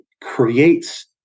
creates